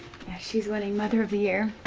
she's winning mother of the year,